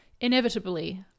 Inevitably